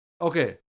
Okay